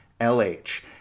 LH